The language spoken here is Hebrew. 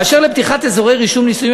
באשר לפתיחת אזורי רישום הנישואין,